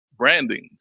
brandings